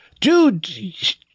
dude